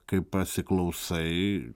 kai pasiklausai